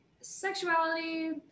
sexuality